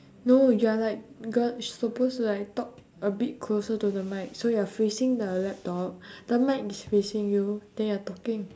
no you are like god you suppose to like talk a bit closer to the mic so you're facing the laptop the mic is facing you then you're talking